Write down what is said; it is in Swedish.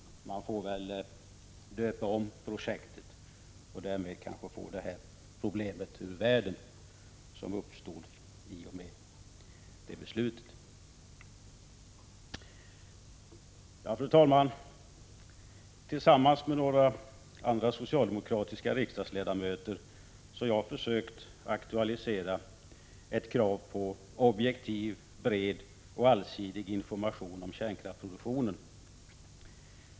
Man får väl döpa om projektet och därmed kanske få det problem ur världen som uppstod i och med beslutet. Fru talman! Tillsammans med några andra socialdemokratiska riksdagsledamöter har jag försökt aktualisera ett krav på objektiv, bred och allsidig information om kärnkraftsproduktionen.